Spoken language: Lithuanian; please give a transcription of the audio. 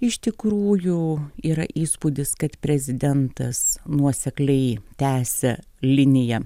iš tikrųjų yra įspūdis kad prezidentas nuosekliai tęsia liniją